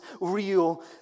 real